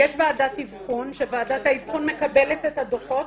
יש ועדת אבחון שוועדת האבחון מקבלת את הדוחות,